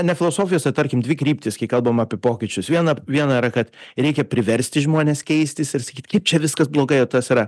ne filosofijos o tarkim dvi kryptys kai kalbam apie pokyčius viena viena yra kad reikia priversti žmones keistis ir sakyt kaip čia viskas blogai o tas yra